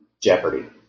jeopardy